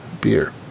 beer